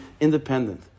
independent